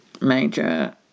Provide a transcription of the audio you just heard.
major